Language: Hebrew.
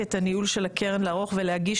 מחלקת הניהול של הקרן לערוך ולהגיש